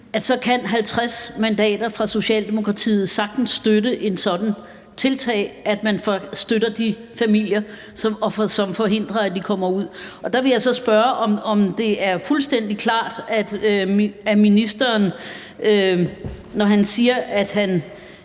så kan 50 mandater fra Socialdemokratiet sagtens støtte et sådant tiltag, der støtter de familier og forhindrer, at de kommer så langt ud. Der vil jeg så konkret spørge, om det er fuldstændig klart, når ministeren siger, at han